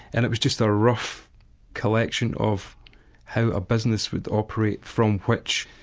and it was just a rough collection of how a business would operate from which,